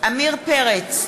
עמיר פרץ,